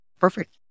Perfect